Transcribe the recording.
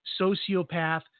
sociopath